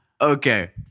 Okay